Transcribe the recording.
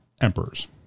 emperors